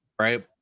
right